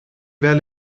wel